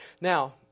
Now